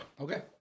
okay